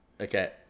Okay